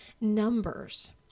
Numbers